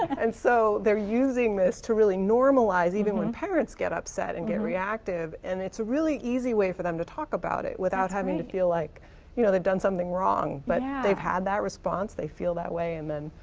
and so, they're using this to really normalize even when parents get upset and get reactive and it's a really easy way for them to talk about it without having to feel like you know they've done something wrong. but they've had that response, they feel that way and then.